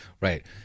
right